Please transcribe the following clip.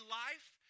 life